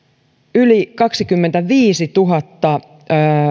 yli kaksikymmentäviisituhatta